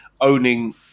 owning